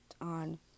on